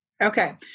Okay